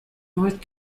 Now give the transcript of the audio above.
north